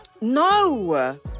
No